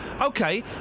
Okay